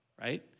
right